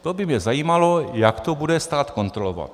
To by mě zajímalo, jak to bude stát kontrolovat.